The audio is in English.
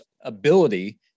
ability